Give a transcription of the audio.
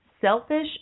selfish